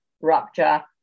rupture